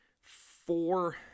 four